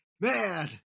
man